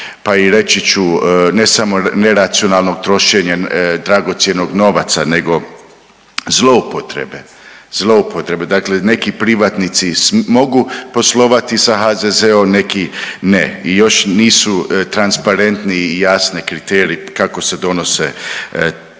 pa i reći ću ne samo neracionalnog trošenja dragocjenog novaca nego zloupotrebe, zloupotrebe, dakle neki privatnici mogu poslovati sa HZZO-om, neki ne i još nisu transparentni i jasni kriteriji kako se donose te